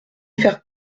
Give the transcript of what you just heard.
faire